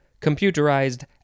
computerized